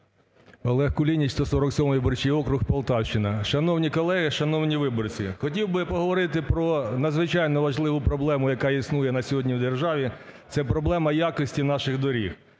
Олег Кулініч, 147 виборчий округ, Полтавщина. Шановні колеги, шановні виборці! Хотів би поговорити про надзвичайно важливу проблему, яка існує на сьогодні в державі, це проблема якості наших доріг.